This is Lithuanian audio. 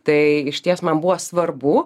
tai išties man buvo svarbu